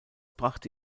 brachte